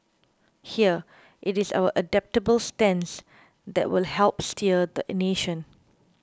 here it is our adaptable stance that will help steer the nation